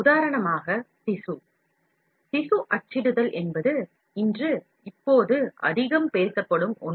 உதாரணமாக திசு திசு அச்சிடுதல் என்பது இன்று இப்போது அதிகம் பேசப்படும் ஒன்று